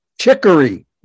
chicory